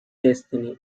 destiny